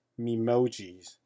memojis